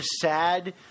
sad –